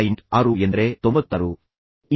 6 ಎಂದರೆ 96 ಅಂಕಗಳಂತಿದೆ